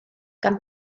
gan